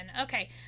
okay